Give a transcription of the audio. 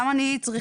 למה אני צריכה,